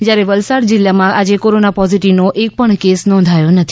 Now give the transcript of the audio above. જ્યારે વલસાડ જીલ્લામાં આજે કોરોના પોઝીટીવનો એક પણ કેસ નોંધાયો નથી